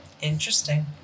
Interesting